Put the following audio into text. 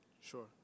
Sure